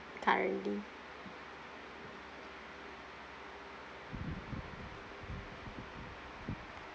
currently